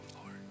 Lord